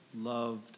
loved